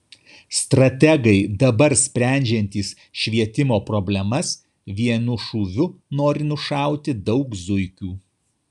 strategai dabar sprendžiantys švietimo problemas vienu šūviu nori nušauti daug zuikių